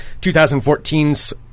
2014's